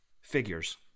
figures